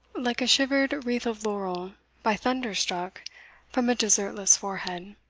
like a shivered wreath of laurel by thunder struck from a desertlesse forehead.